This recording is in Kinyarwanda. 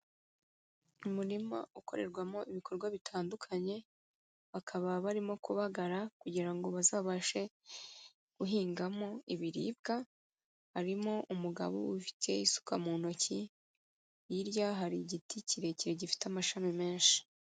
Umurima ukorerwamo ibikorwa bitandukanye, bakaba barimo kubagara kugira ngo ngo bazabashe guhingamo ibiribwa, harimo umugabo ufite isuka mu ntoki, hirya hari igiti kirekire gifite amashami menshi.